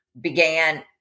began